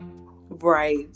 Right